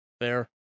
Fair